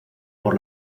por